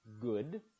good